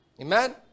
amen